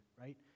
right